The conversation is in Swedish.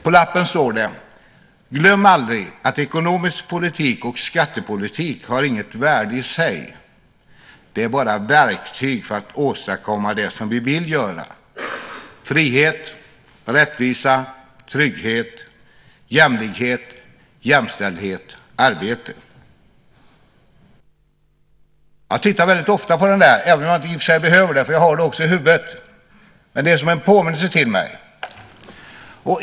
På lappen står det: Glöm aldrig att ekonomisk politik och skattepolitik har inget värde i sig. De är bara verktyg för att åstadkomma det som vi vill göra: frihet, rättvisa, trygghet, jämlikhet, jämställdhet och arbete. Jag tittar väldigt ofta på det där, även om jag i och för sig inte behöver det eftersom jag har det i huvudet, men det är som en påminnelse till mig.